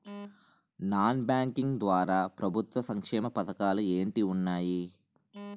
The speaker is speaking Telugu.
నాన్ బ్యాంకింగ్ ద్వారా ప్రభుత్వ సంక్షేమ పథకాలు ఏంటి ఉన్నాయి?